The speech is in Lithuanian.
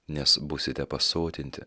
nes būsite pasotinti